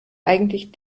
eigentlich